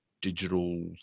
digital